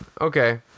Okay